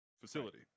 facility